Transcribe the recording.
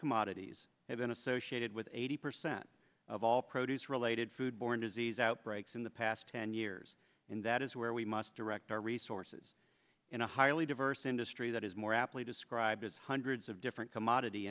commodities have been associated with eighty percent of all produce related food borne disease outbreaks in the past ten years and that is where we must direct our resources in a highly diverse industry that is more aptly described as hundreds of different commodity